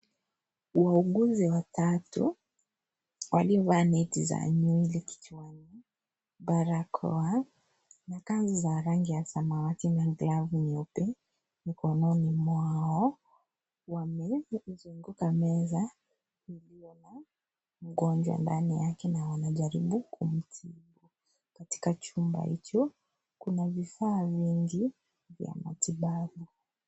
Wauguzi watatu, waliovaa neti za nywele kichwani, balakoa na kanzu za rangi ya samawati na glove nyeupe, mkononi mwao. Wamezunguka meza, iliyoko na mgonjwa ndani yake na wanajaribu kumtibu. Katika chumba hicho, kuna vifaa vingi vya matibabu.